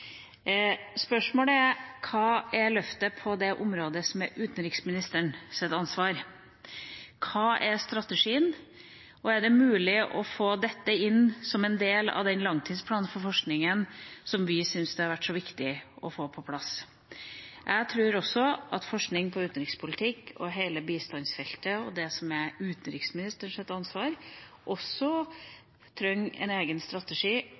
Spørsmålet er hva som er løftet på det området som er utenriksministerens ansvar. Hva er strategien, og er det mulig å få dette inn som en del av langtidsplanen for forskninga, som vi syns har vært så viktig å få på plass? Jeg tror at forskning på utenrikspolitikk, på hele bistandsfeltet og på det som er utenriksministerens ansvar, også trenger en egen strategi